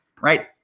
right